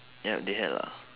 ya they had lah